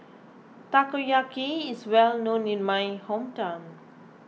Takoyaki is well known in my hometown